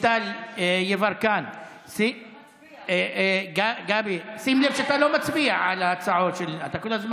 גדי יברקן, בעד, לא נקלטה, חבר הכנסת